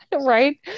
Right